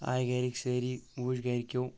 آے گرِکۍ سأرۍ وٕچھ گرِکٮ۪و